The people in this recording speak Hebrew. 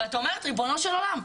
ואת אומרת ריבונו של עולם.